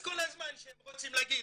אז כל הזמן שהם רוצים להגיד